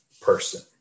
person